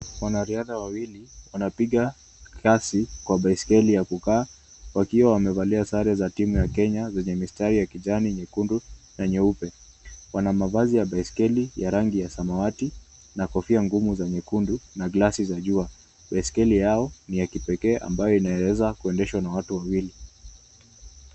Wanariadha wawili wanapiga kasi kwa baiskeli ya kukaa wakiwa wamevalia sare za timu ya Kenya zenye mistari ya kijani, nyekundu na nyeupe. Wana mavazi ya baiskeli ya rangi ya samawati na kofia ngumu za nyekundu na glasi za jua. Baiskeli yao ni ya kipekee ambayo inayoweza kuendeshwa na watu wawili.